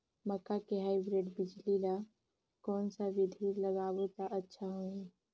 मक्का के हाईब्रिड बिजली ल कोन सा बिधी ले लगाबो त अच्छा होहि?